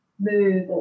move